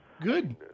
Good